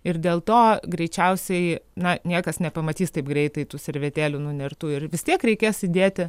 ir dėl to greičiausiai na niekas nepamatys taip greitai tų servetėlių nunertų ir vis tiek reikės įdėti